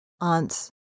aunts